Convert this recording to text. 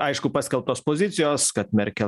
aišku paskelbtos pozicijos kad merkel